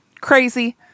Crazy